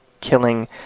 killing